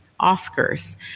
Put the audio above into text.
Oscars